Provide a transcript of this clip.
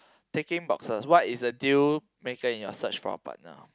ticking boxes what is the deal maker in your search for a partner